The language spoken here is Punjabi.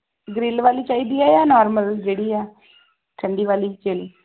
ਗਰਿੱਲ ਵਾਲੀ ਚਾਹੀਦੀ ਹੈ ਜਾਂ ਨੋਰਮਲ ਜਿਹੜੀ ਆ ਠੰਡੀ ਵਾਲੀ ਚਿਲ